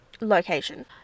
location